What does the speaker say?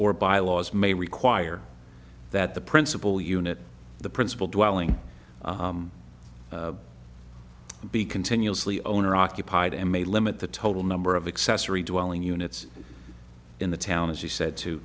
or bylaws may require that the principal unit the principal dwelling be continuously owner occupied and may limit the total number of accessory dwelling units in the town as he said t